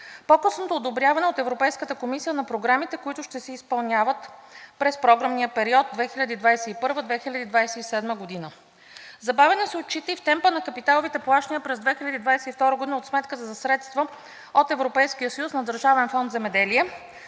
по-късното одобряване от Европейската комисия на програмите, които ще се изпълняват през програмния период 2021 – 2027 г. Забавяне се отчита и в темпа на капиталовите плащания през 2022 г. от сметката за средства от Европейския съюз на Държавен фонд „Земеделие“,